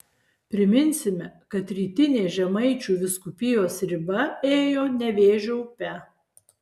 priminsime kad rytinė žemaičių vyskupijos riba ėjo nevėžio upe